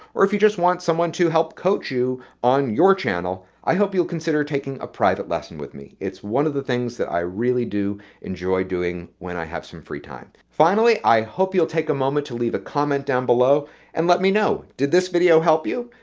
or if you just want someone to help coach you on your channel, i hope you'll consider taking a private lesson with me. it's one of the things that i really do enjoy doing when i have some free time. finally, i hope you'll take a moment to leave a comment down below and let me know did this video help you?